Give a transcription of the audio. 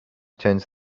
turns